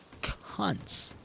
cunts